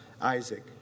Isaac